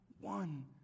one